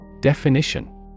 Definition